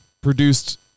produced